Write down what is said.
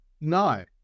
No